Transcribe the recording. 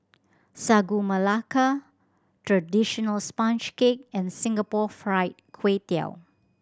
Sagu Melaka traditional sponge cake and Singapore Fried Kway Tiao